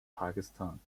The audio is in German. pakistan